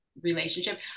relationship